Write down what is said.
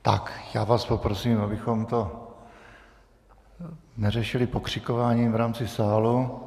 Tak, já vás poprosím, abychom to neřešili pokřikováním v rámci sálu.